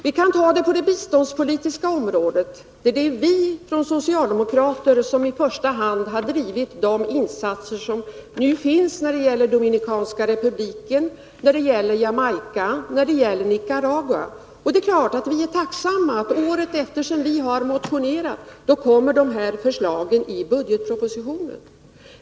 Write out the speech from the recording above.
Vi kan ta exempel från det biståndspolitiska området, däri första hand vi socialdemokrater har drivit fram de insatser som nu gjorts när det gäller Dominikanska republiken, Jamaica och Nicaragua. Vi är givetvis tacksamma över att dessa förslag återfinns i budgetpropositionen året efter det att vi har motionerat.